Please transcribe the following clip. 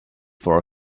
for